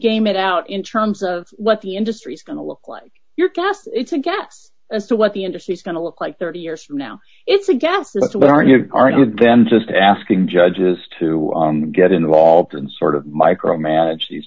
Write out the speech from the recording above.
game it out in terms of what the industry is going to look like your cast it's a guess as to what the industry is going to look like thirty years from now it's a gas but what are you arguing them just asking judges to get involved in sort of micromanage these